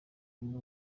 umwe